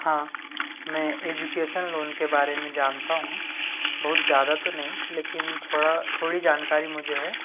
हाँ मैं education loan के बारे में जानता हूँ बहुत ज़्यादा तो नहीं लेकिन थोड़ा थोड़ी जानकारी मुझे है